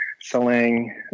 selling